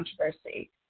controversy